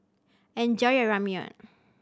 enjoy your Ramyeon